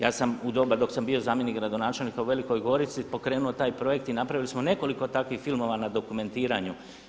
Ja sam u doba dok sam bio zamjenik gradonačelnika u Velikoj Gorici pokrenuo taj projekt i napravili smo nekoliko takvih filmova na dokumentiranju.